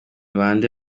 bande